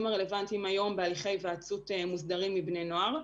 הרלוונטיים בהליכי היוועצות מוסדרים עם בני נוער.